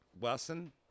Wesson